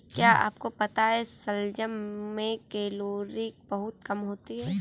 क्या आपको पता है शलजम में कैलोरी बहुत कम होता है?